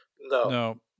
No